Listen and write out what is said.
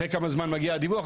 אחרי כמה זמן מגיע הדיווח,